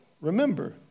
remember